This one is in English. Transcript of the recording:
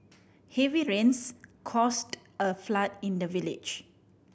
heavy rains caused a flood in the village